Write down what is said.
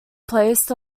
placed